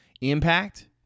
impact